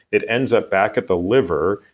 it ends up back at the liver,